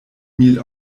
mil